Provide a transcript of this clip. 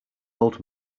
old